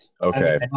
Okay